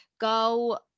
go